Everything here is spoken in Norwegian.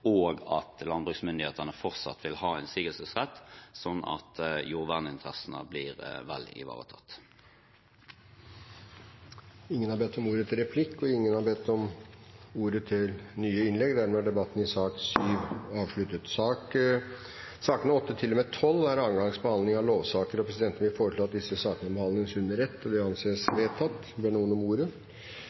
og at landbruksmyndighetene fortsatt vil ha innsigelsesrett, slik at jordverninteressene blir vel ivaretatt. Ingen flere har bedt om ordet til sak nr. 7. Sakene nr. 8–12 er annengangsbehandling av lovsaker, og presidenten vil foreslå at disse sakene behandles under ett. – Det anses vedtatt. Ingen har bedt om ordet